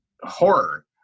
horror